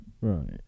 Right